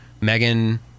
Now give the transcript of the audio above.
Megan